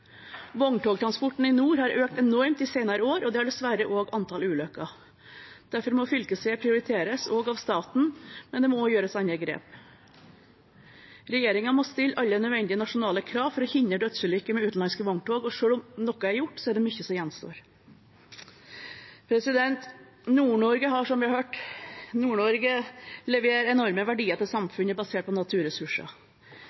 Vogntogtransporten i nord har økt enormt de senere år, og det har dessverre også antall ulykker. Derfor må fylkesveier prioriteres også av staten, men det må også gjøres andre grep. Regjeringen må stille alle nødvendige nasjonale krav for å hindre dødsulykker med utenlandske vogntog. Selv om noe er gjort, er det mye som gjenstår. Som vi har hørt, leverer Nord-Norge enorme verdier til